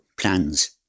plans